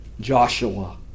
Joshua